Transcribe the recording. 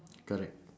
correct